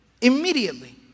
Immediately